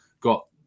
got